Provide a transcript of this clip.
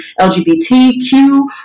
lgbtq